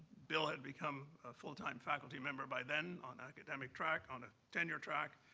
bill had become a full-time faculty member by then on academic track, on a tenure track.